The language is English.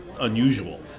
unusual